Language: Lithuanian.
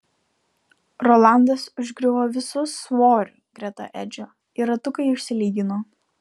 rolandas užgriuvo visu svoriu greta edžio ir ratukai išsilygino